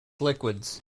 liquids